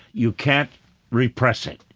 you can't repress it.